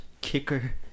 kicker